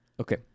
Okay